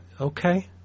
Okay